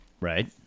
right